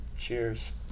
Cheers